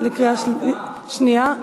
31 בעד,